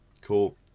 Cool